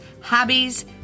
hobbies